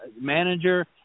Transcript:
manager